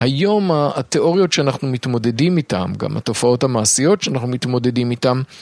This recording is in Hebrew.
היום התיאוריות שאנחנו מתמודדים איתם גם התופעות המעשיות שאנחנו מתמודדים איתם..